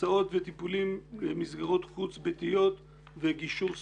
הסעות וטיפולים במסגרת חוץ ביתיות וגישור שפתי.